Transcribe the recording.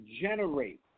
generate